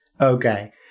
Okay